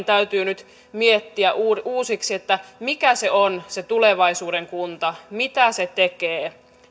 täytyy nyt miettiä uusiksi mikä se on se tulevaisuuden kunta mitä se tekee